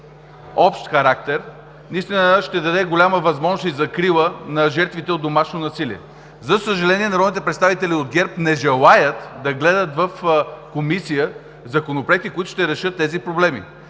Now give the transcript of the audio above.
общ характер, и наистина ще даде голяма възможност и закрила на жертвите от домашно насилие. За съжаление, народните представители от ГЕРБ не желаят да гледат в комисия законопроекти, които ще решат тези проблеми.